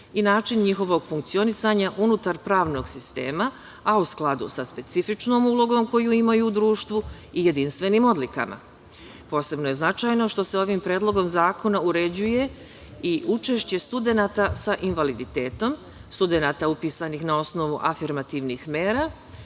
i način njihovog funkcionisanja unutar pravnog sistema, a u skladu sa specifičnom ulogom koju imaju u društvu i jedinstvenim odlikama. Posebno je značajno što se ovim predlogom zakona uređuje i učešće studenata sa invaliditetom, studenata upisanih na osnovu afirmativnih mera